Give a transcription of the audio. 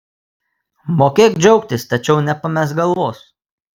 mokėk džiaugtis tačiau nepamesk galvos